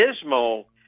dismal